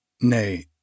nay